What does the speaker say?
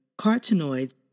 carotenoids